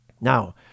Now